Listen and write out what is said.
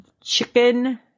chicken